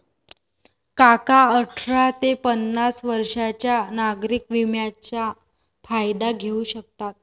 काका अठरा ते पन्नास वर्षांच्या नागरिक विम्याचा फायदा घेऊ शकतात